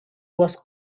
was